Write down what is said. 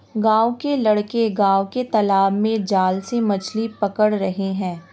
गांव के लड़के गांव के तालाब में जाल से मछली पकड़ रहे हैं